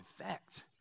effect